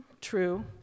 True